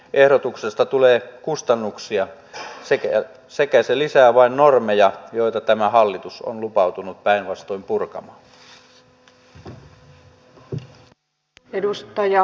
ehdotuksesta tulee kustannuksia ja se vain lisää normeja joita tämä hallitus on lupautunut päinvastoin purkamaan